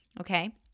Okay